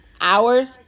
hours